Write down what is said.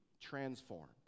transformed